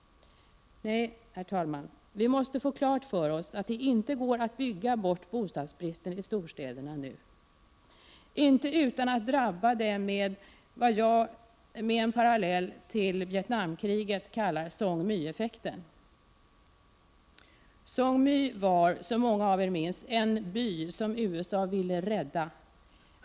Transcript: Nej, herr talman! Vi måste få klart för oss att det inte går att bygga bort bostadsbristen i storstäderna nu. Det går inte att göra det utan att de drabbas av vad jag — med en parallell till Vietnamkriget — kallar Song My-effekten. Song My var, som många av er minns, en by som USA ville rädda.